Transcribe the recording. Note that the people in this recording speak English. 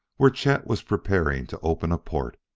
where chet was preparing to open a port.